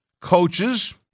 coaches